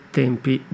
tempi